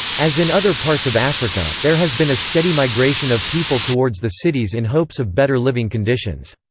as in other parts of africa, there has been a steady migration of people towards the cities in hopes of better living conditions.